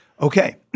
Okay